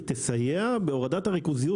כן תסייע בהורדת הריכוזיות.